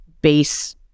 base